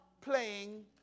playing